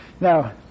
Now